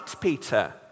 Peter